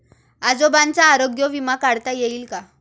आजोबांचा आरोग्य विमा काढता येईल का?